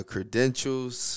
Credentials